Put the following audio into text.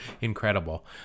Incredible